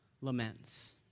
laments